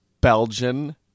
Belgian